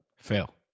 Fail